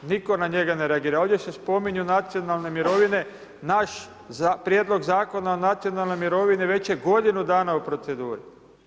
Nitko na njega ne reagira, ovdje se spominju nacionalne mirovine, naš prijedlog Zakona o nacionalnoj mirovini, već je godinu dana u proceduri.